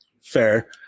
fair